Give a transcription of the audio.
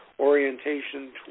orientation